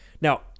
Now